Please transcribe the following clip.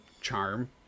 charm